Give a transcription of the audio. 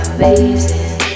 Amazing